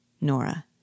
Nora